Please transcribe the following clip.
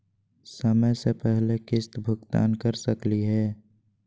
समय स पहले किस्त भुगतान कर सकली हे?